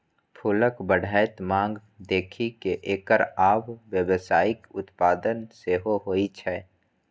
फूलक बढ़ैत मांग देखि कें एकर आब व्यावसायिक उत्पादन सेहो होइ छै